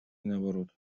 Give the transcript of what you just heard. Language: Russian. наоборот